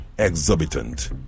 exorbitant